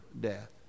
death